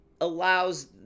allows